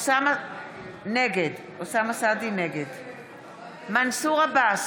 נגד מנסור עבאס,